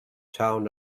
town